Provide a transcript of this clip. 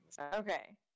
Okay